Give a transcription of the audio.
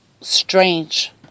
strange